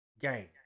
game